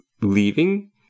leaving